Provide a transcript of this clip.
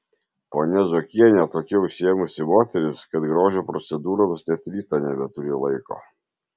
ponia zuokienė tokia užsiėmusi moteris kad grožio procedūroms net rytą nebeturi laiko